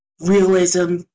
realism